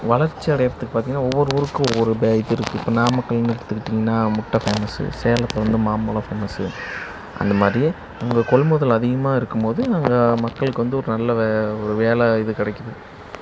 வளர்ச்சி அடைகிறதுக்கு பார்த்தீங்கன்னா ஒவ்வொரு ஊருக்கும் ஒரு ஒரு பே இது இருக்குது இப்போ நாமக்கல்னு எடுத்திக்கிட்டீங்கன்னால் முட்டை ஃபேமஸ்ஸு சேலத்தில் வந்து மாம்பழம் ஃபேமஸ்ஸு அந்த மாதிரியே உங்கள் கொள்முதல் அதிகமாக இருக்கும் போது அங்கே மக்களுக்கு வந்து ஒரு நல்ல வே வேலை இது கிடைக்கும்